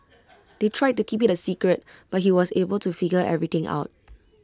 they tried to keep IT A secret but he was able to figure everything out